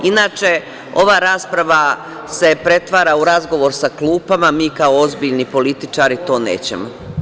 Inače, ova rasprava se pretvara u razgovor sa klupama, mi kao ozbiljni političari to nećemo.